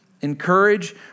Encourage